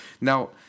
now